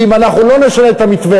כי אם אנחנו לא נשנה את המתווה,